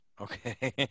Okay